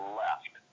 left